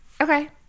Okay